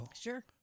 Sure